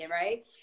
right